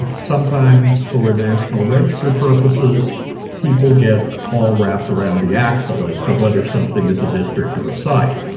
sometimes for national register purposes people get all wrapped around the axle as to whether something is a district or a site.